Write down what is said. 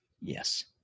yes